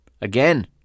Again